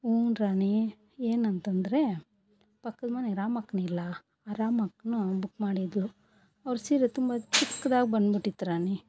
ಹ್ಞೂ ರಾಣಿ ಏನಂತಂದರೆ ಪಕ್ಕದ ಮನೆ ರಾಮಕ್ಕನಿಲ್ಲ ಆ ರಾಮಕ್ಕನೂ ಬುಕ್ ಮಾಡಿದ್ದಳು ಅವ್ರು ಸೀರೆ ತುಂಬ ಚಿಕ್ದಾಗಿ ಬಂದ್ಬಿಟ್ಟಿತ್ತು ರಾಣಿ